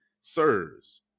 sirs